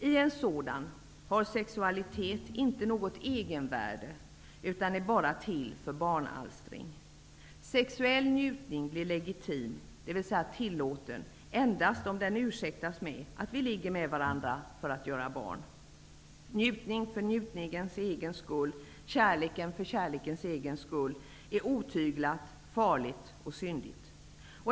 I en sådan har sexualitet inte något egenvärde, utan är bara till för barnalstring. Sexuell njutning blir legitim, dvs. tillåten, endast om den ursäktas med att vi ligger med varandra för att göra barn. Njutning för njutningens egen skull, kärleken för kärlekens egen skull är otyglat, farligt och syndigt.